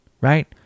right